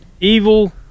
Evil